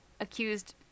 accused